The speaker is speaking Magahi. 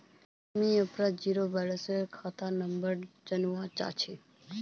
मुई अपना जीरो बैलेंस सेल खाता नंबर कुंडा जानवा चाहची?